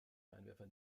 scheinwerfer